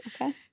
Okay